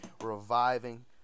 reviving